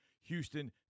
Houston